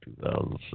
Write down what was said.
2007